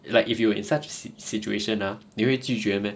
it's like if you were in such a situation lah 你会拒绝 meh